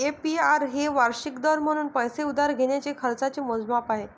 APR हे वार्षिक दर म्हणून पैसे उधार घेण्याच्या खर्चाचे मोजमाप आहे